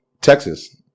Texas